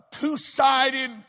two-sided